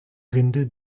rinde